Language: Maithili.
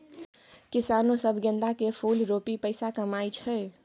किसानो सब गेंदा केर फुल रोपि पैसा कमाइ छै